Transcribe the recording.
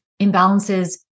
imbalances